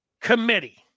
committee